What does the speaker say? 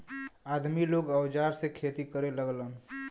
आदमी लोग औजार से खेती करे लगलन